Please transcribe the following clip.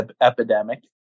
epidemic